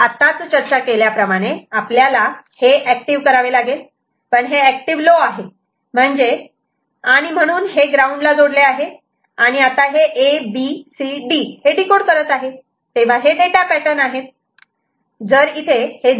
तर आत्ताच चर्चा केल्याप्रमाणे आपल्याला आहे ऍक्टिव्ह करावे लागेल पण हे ऍक्टिव्ह लो आहे आणि म्हणून हे ग्राऊंड ला जोडले आहे आणि आता हे A B C D हे डिकोड करत आहे तेव्हा हे डेटा पॅटर्न आहेत